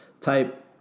type